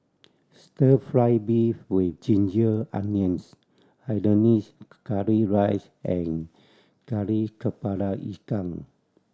Stir Fry beef with ginger onions hainanese curry rice and Kari Kepala Ikan